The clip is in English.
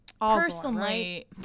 Personally